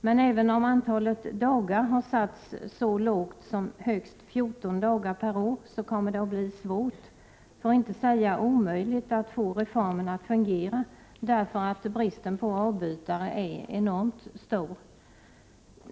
Men trots att antalet dagar satts så lågt som till högst 14 dagar per år, kommer det att bli svårt — för att inte säga omöjligt — att få reformen att fungera, eftersom bristen på avbytare är enormt stor.